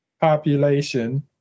population